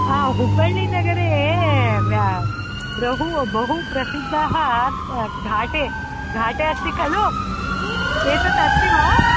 ह हुब्बल्लिनगरे बहु बहु प्रसिद्धः घाटे घाटे अस्ति खलु एतत् अस्ति वा